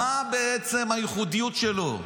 מה בעצם הייחודיות שלו?